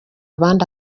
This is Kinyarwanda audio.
abandi